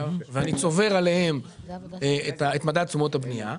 ואני צובר עליהם את מדד תשומות הבנייה,